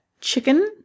Chicken